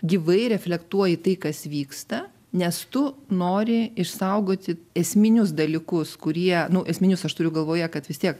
gyvai reflektuoji tai kas vyksta nes tu nori išsaugoti esminius dalykus kurie nu esminius aš turiu galvoje kad vis tiek